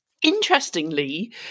Interestingly